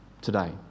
today